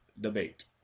debate